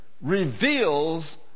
reveals